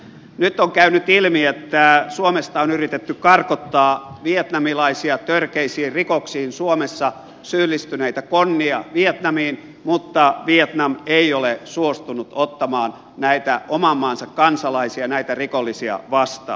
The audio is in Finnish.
nyt on käynyt ilmi että suomesta on yritetty karkottaa vietnamilaisia törkeisiin rikoksiin suomessa syyllistyneitä konnia vietnamiin mutta vietnam ei ole suostunut ottamaan näitä oman maansa kansalaisia näitä rikollisia vastaan